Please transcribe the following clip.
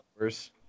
worse